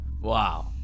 Wow